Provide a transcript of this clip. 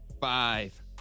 five